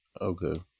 Okay